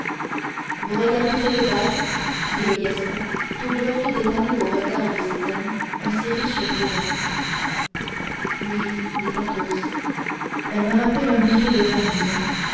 vous regardez cette bague dit le gascon tout glorieux d'étaler aux regards de ses amis un si riche présent oui dit athos elle me rappelle un bijou de famille